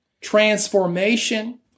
transformation